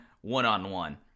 one-on-one